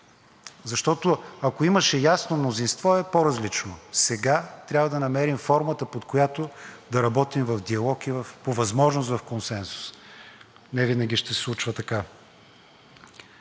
Защото, ако имаше ясно мнозинство, е по-различно, но сега трябва да намерим формата, под която да работим в диалог и по възможност в консенсус. Невинаги ще се случва така.